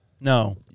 No